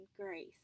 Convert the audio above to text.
grace